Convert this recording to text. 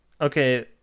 okay